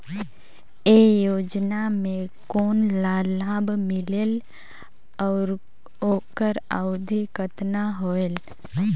ये योजना मे कोन ला लाभ मिलेल और ओकर अवधी कतना होएल